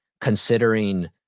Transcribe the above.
Considering